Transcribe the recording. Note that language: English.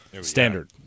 standard